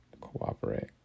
Cooperate